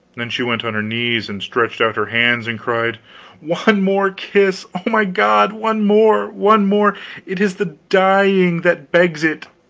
then she went on her knees and stretched out her hands and cried one more kiss oh, my god, one more, one more it is the dying that begs it!